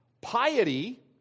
piety